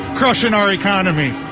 crushing our economy.